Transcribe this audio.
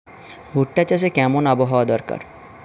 ভুট্টা চাষে কেমন আবহাওয়া দরকার?